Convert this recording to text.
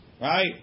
Right